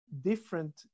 different